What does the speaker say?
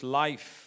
life